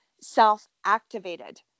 self-activated